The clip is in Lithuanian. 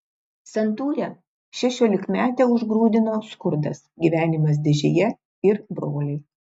santūrią šešiolikmetę užgrūdino skurdas gyvenimas dėžėje ir broliai